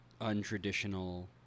untraditional